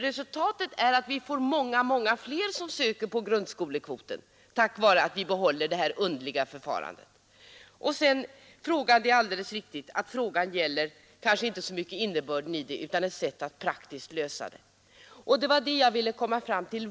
Resultatet av detta underliga förfarande blir att vi får många fler som söker på grundskolekvoten. Det är alldeles riktigt att frågan kanske inte så mycket gäller innebörden som ett sätt att praktiskt lösa den. Det var det jag ville komma fram till.